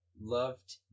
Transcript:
loved